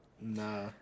Nah